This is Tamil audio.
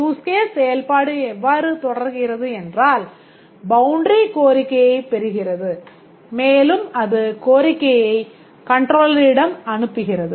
Use case செயல்பாடு எவ்வாறு தொடர்கிறது என்றால் பவுண்டரி கோரிக்கையைப் பெறுகிறது மேலும் அது கோரிக்கையை கண்ட்ரோலரிடம் அனுப்புகிறது